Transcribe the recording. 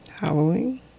Halloween